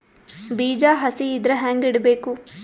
ಬೀಜ ಹಸಿ ಇದ್ರ ಹ್ಯಾಂಗ್ ಇಡಬೇಕು?